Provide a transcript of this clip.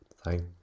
Thank